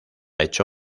hecho